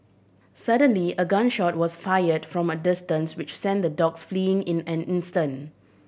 suddenly a gun shot was fired from a distance which sent the dogs fleeing in an instant